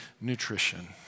nutrition